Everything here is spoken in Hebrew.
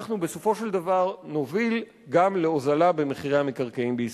אנחנו בסופו של דבר נוביל גם להוזלה במחירי המקרקעין בישראל.